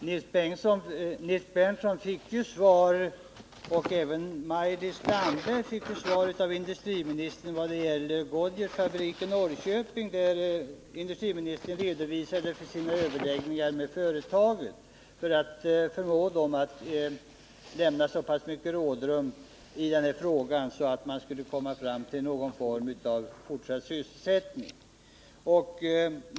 Herr talman! Nils Berndtson och även Maj-Lis Landberg fick ju svar vad gäller Goodyears fabrik i Norrköping, när industriministern redogjorde för sina överläggningar med företagen för att förmå dem att lämna så pass mycket rådrum att man skulle komma fram till någon form av fortsatt sysselsättning.